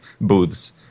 booths